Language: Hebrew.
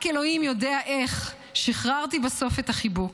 רק אלוהים יודע איך, שחררתי בסוף את החיבוק.